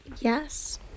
Yes